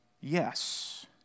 yes